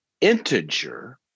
integer